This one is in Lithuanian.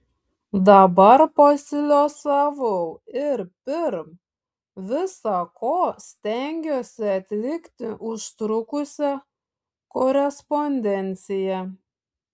dabar pasiliuosavau ir pirm visa ko stengiuosi atlikti užtrukusią korespondenciją